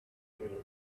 june